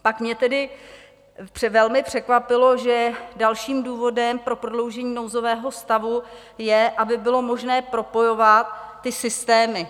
Pak mě tedy velmi překvapilo, že dalším důvodem pro prodloužení nouzového stavu je, aby bylo možné propojovat ty systémy.